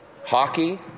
hockey